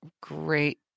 great